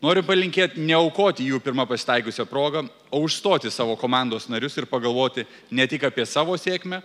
noriu palinkėt neaukoti jų pirma pasitaikiusia proga o užstoti savo komandos narius ir pagalvoti ne tik apie savo sėkmę